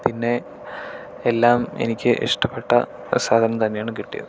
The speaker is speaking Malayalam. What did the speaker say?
പിന്നെ എല്ലാം എനിക്ക് ഇഷ്ടപ്പെട്ട സാധനം തന്നെയാണ് കിട്ടിയത്